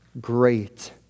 great